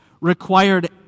required